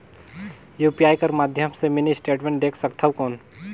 UPI कर माध्यम से मिनी स्टेटमेंट देख सकथव कौन?